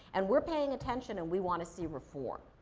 and, we're paying attention and we wanna see reform.